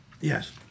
Yes